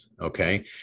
okay